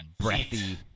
breathy